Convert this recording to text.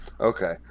Okay